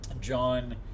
John